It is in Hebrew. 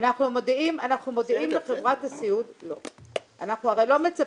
אנחנו מודיעים לחברת הסיעוד, אנחנו לא מצפים,